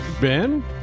Ben